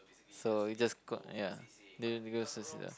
so it just got ya